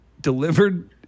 delivered